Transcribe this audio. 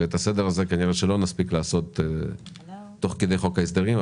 ואת הסדר הזה כנראה שלא נספיק לעשות תוך כדי חוק ההסדרים,